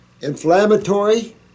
inflammatory